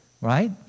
Right